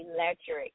Electric